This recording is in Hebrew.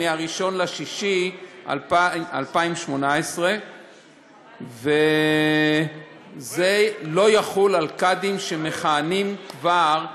מ-1 ביוני 2018. זה לא יחול על קאדים שמכהנים כבר בפועל,